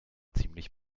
ziemlich